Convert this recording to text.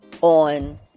on